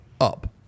up